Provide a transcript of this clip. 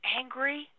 angry